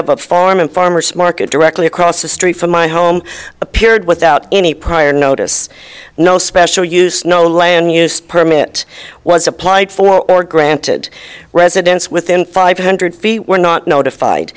a farm in farmer's market directly across the street from my home appeared without any prior notice no special use no land use permit was applied for or granted residents within five hundred feet were not notified